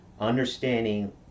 understanding